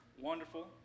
wonderful